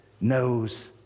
knows